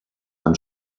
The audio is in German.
von